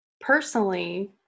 personally